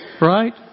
right